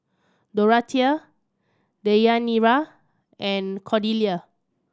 Dorathea Deyanira and Cordelia